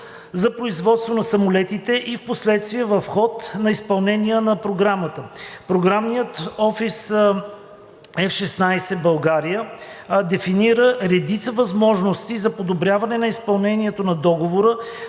за производство на самолетите и впоследствие в хода на изпълнение на програмата Програмният офис F-16 България (РМО F-16 Bulgaria/AFLCMC) дефинира редица възможности за подобряване на изпълнението на договора,